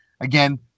Again